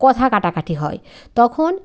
কথা কাটাকাটি হয় তখন